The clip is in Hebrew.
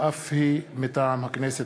של חברת הכנסת